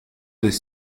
des